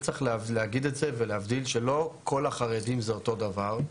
וצריך להגיד את זה ולהבדיל שלא כל החרדים זה אותו דבר,